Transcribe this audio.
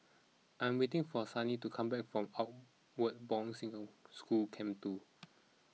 I am waiting for Sunny to come back from Outward Bound single School Camp two